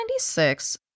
1996